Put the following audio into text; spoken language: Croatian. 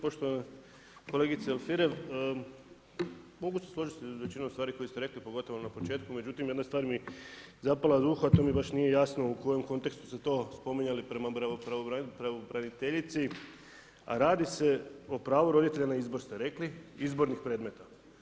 Poštovana kolegice Alfirev, mogu se složiti sa većinom stvari koju ste rekli pogotovo na početku međutim jedna stvar mi je zapela za uho a to mi baš nije jasno u kojem kontekstu ste to spominjali prema pravobraniteljici a radi se o pravu roditelja na izbor ste rekli, izbornih predmeta.